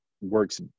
works